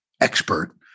expert